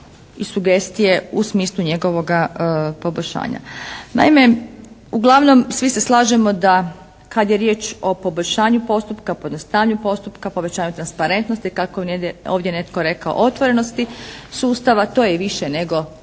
i sugestije u smislu njegovoga poboljšanja. Naime uglavnom svi se slažemo da kada je riječ o poboljšanju postupka, po jednostavljanju postupka, povećanju transparentnosti kako je ovdje netko rekao otvorenosti sustava, a to je više nego